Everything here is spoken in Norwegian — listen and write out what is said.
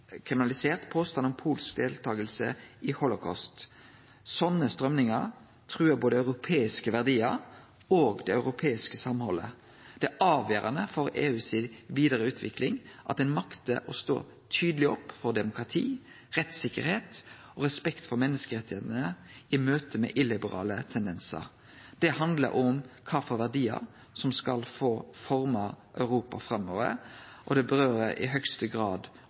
kriminalisert påstandar om polsk deltaking i Holocaust. Slike straumdrag truar både europeiske verdiar og det europeiske samhaldet. Det er avgjerande for den vidare utviklinga til EU at ein maktar å stå tydeleg opp for demokratiet, rettssikkerheita og respekten for menneskerettane i møte med illiberale tendensar. Det handlar om kva for verdiar som skal få forme Europa framover, og det gjeld i høgste grad